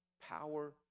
Power